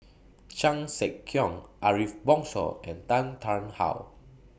Chan Sek Keong Ariff Bongso and Tan Tarn How